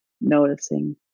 noticing